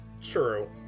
true